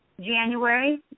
January